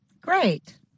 Great